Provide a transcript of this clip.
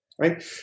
Right